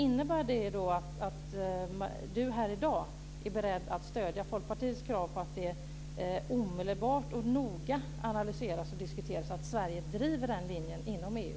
Innebär det då att Marie Granlund här i dag är beredd att stödja Folkpartiets krav på att det omedelbart och noga ska analyseras och diskuteras och att Sverige driver den linjen inom EU?